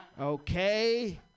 Okay